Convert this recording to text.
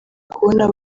kubona